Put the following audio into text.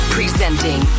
Presenting